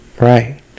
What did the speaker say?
right